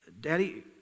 Daddy